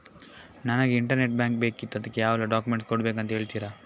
ನನಗೆ internet bank ಬೇಕಿತ್ತು ಅದಕ್ಕೆ ಯಾವೆಲ್ಲಾ ಡಾಕ್ಯುಮೆಂಟ್ಸ್ ಕೊಡ್ಬೇಕು ಅಂತ ಹೇಳ್ತಿರಾ?